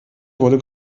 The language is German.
wurde